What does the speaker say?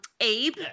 Abe